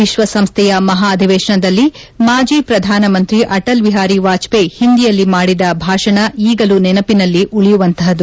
ವಿಶ್ವಸಂಸ್ಥೆಯ ಮಹಾ ಅಧಿವೇಶನದಲ್ಲಿ ಮಾಜಿ ಪ್ರಧಾನಮಂತ್ರಿ ಅಟಲ್ ಬಿಹಾರಿ ವಾಜಪೇಯಿ ಹಿಂದಿಯಲ್ಲಿ ಮಾಡಿದ ಭಾಷಣ ಈಗಲೂ ನೆನಪಿನಲ್ಲಿ ಉಳಿಯುವಂತಹುದು